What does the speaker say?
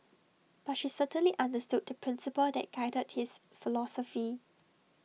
but she certainly understood the principle that guided his philosophy